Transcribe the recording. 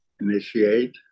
initiate